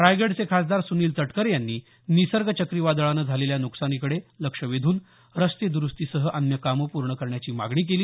रायगडचे खासदार सुनील तटकरे यांनी निसर्ग चक्रीवादळाने झालेल्या नुकसानाकडे लक्ष वेधून रस्ते दुरुस्तीसह अन्य कामं पूर्ण करण्याची मागणी केली